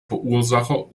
verursacher